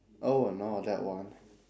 oh I know that one